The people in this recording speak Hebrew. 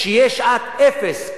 שתהיה שעת אפס.